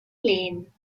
lehen